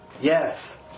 Yes